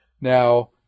Now